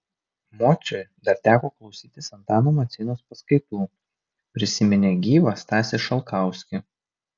mociui dar teko klausytis antano maceinos paskaitų prisiminė gyvą stasį šalkauskį